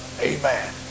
Amen